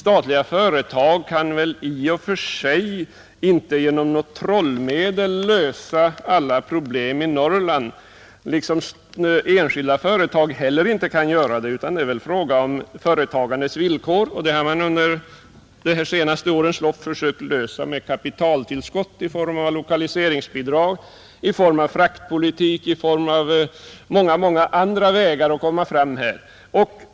Statliga företag kan väl i och för sig inte genom något trollmedel lösa alla problem i Norrland; inte heller enskilda företag kan göra det. Det är fråga om företagandets villkor, och de problemen har man under de senare åren försökt lösa med kapitaltillskott i form av lokaliseringsbidrag, med bättre fraktpolitik och på många andra vägar.